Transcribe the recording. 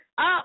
up